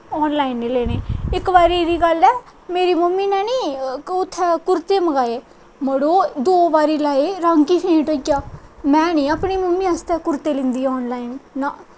on line निं लैने इक बारी दी गल्ल ऐ मेरी मम्मी ने नी कुर्ते मंगवाए मड़ो दो बारी लाए रंग गै फेंट होईया में नी अपनी मम्मी आस्तै कुर्ते लैंदी ऑन लाईन